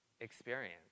experience